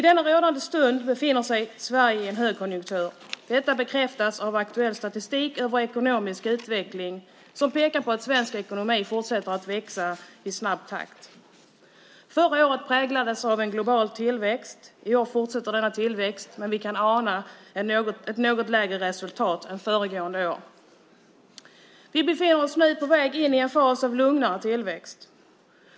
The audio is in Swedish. I rådande stund befinner sig Sverige i en högkonjunktur. Detta bekräftas av aktuell statistik över ekonomisk utveckling. Den pekar på att svensk ekonomi fortsätter att växa i snabb takt. Förra året präglades av en global tillväxt. I år fortsätter denna tillväxt, men vi kan ana ett något lägre resultat än föregående år. Vi befinner oss nu på väg in i en fas av lugnare tillväxt.